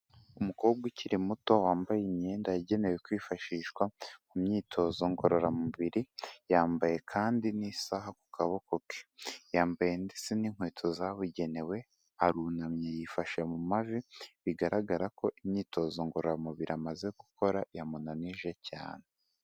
Umukobwa ukiri muto wambaye imyenda yagenewe kwifashishwa mu myitozo ngororamubiri, yambaye kandi n'isaha ku kaboko ke, yambaye ndetse n'inkweto zabugenewe, arunamye yifashe mu mavi bigaragara ko imyitozo ngororamubiri amaze gukora yamunanije cyane.